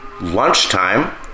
Lunchtime